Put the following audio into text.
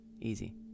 easy